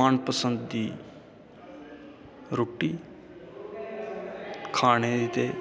मन पसंद दी रुट्टी खाने दे